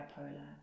bipolar